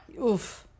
Oof